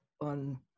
on